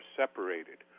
separated